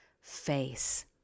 face